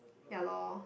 ya lor